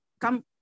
come